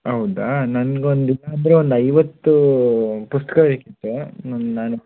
ಹೌದ ನನ್ಗೊಂದು ಏನಾದರು ಒಂದು ಐವತ್ತು ಪುಸ್ತಕ ಬೇಕಿತ್ತು ನನ್ನ ನಾನು